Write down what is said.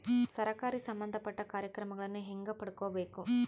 ಸರಕಾರಿ ಸಂಬಂಧಪಟ್ಟ ಕಾರ್ಯಕ್ರಮಗಳನ್ನು ಹೆಂಗ ಪಡ್ಕೊಬೇಕು?